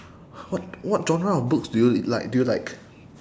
what genre of books do you like do you like